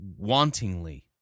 wantingly